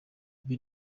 ibi